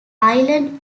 island